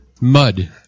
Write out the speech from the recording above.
Mud